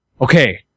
okay